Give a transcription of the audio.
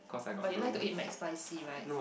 but you like to eat McSpicy right